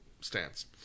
stance